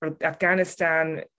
Afghanistan